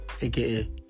aka